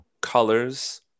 colors